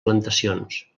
plantacions